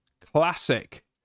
classic